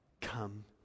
Come